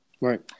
Right